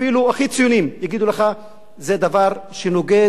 אפילו הכי ציונים יגידו לך: זה דבר שנוגד